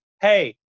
hey